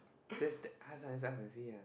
just that ask ah just ask and see ah